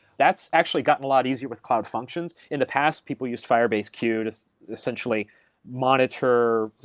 that's actually gotten a lot easier with cloud functions. in the past, people use firebase queues, essentially monitor,